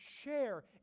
share